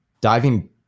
diving